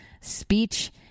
speech